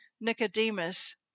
Nicodemus